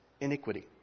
iniquity